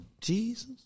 Jesus